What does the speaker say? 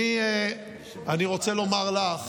אני רוצה לומר לך